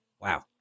wow